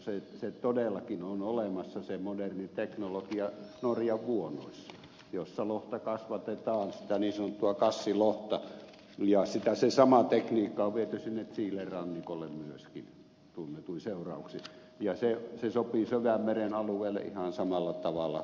se todellakin on olemassa se moderni teknologia norjan vuonoissa missä lohta kasvatetaan sitä niin sanottua kassilohta ja se sama tekniikka on viety sinne chilen rannikolle myöskin tunnetuin seurauksin ja se sopii meillä syvän meren alueelle ihan samalla tavalla